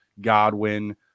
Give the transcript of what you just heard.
Godwin